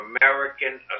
American